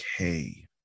okay